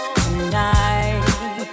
tonight